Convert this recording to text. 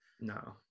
No